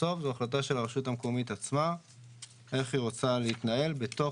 בסוף זאת החלטה של הרשות המקומית עצמה איך היא רוצה להתנהל בתוך